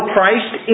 Christ